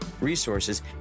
resources